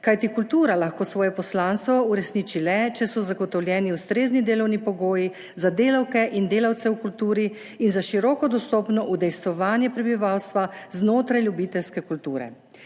kajti kultura lahko svoje poslanstvo uresniči le, če so zagotovljeni ustrezni delovni pogoji za delavke in delavce v kulturi in za široko dostopno udejstvovanje prebivalstva znotraj ljubiteljske kulture.